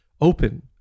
open